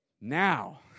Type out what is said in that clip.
Now